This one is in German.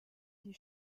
die